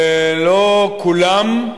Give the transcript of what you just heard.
לא כולם,